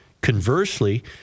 Conversely